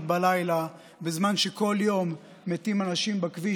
בלילה בזמן שכל יום מתים אנשים בכביש.